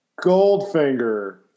Goldfinger